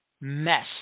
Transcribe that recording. mess